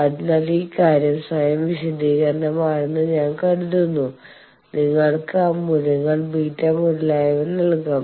അതിനാൽ ഈ കാര്യം സ്വയം വിശദീകരണമാണെന്ന് ഞാൻ കരുതുന്നു നിങ്ങൾക്ക് ആ മൂല്യങ്ങൾ β മുതലായവ നൽകാം